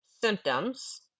symptoms